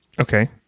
Okay